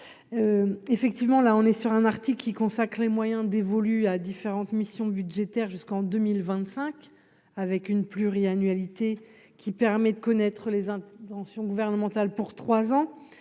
effectivement, là on est sur un article qui consacrent les moyens dévolus à différentes missions budgétaires jusqu'en 2025 avec une pluri-annualité qui permet de connaître les intentions gouvernementales pour 3 ans,